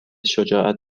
شجاعت